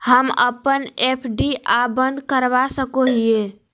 हम अप्पन एफ.डी आ बंद करवा सको हियै